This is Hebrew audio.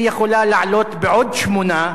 היא יכולה לעלות בעוד שמונה,